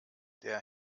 der